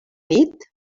nit